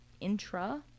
intra